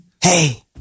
hey